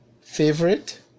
favorite